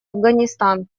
афганистан